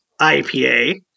IPA